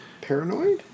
Paranoid